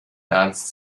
ernst